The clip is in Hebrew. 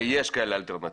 ויש כאלה אלטרנטיבות,